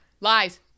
Lies